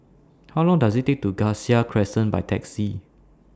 How Long Does IT Take to get to Cassia Crescent By Taxi